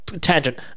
tangent